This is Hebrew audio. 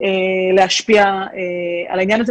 להשפיע על העניין הזה.